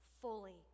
fully